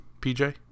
PJ